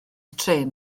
trên